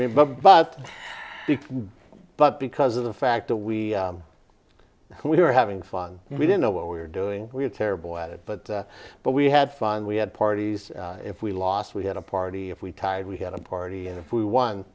but but but because of the fact that we who we were having fun we didn't know what we are doing we are terrible at it but but we had fun we had parties if we lost we had a party if we tired we had a party and if we won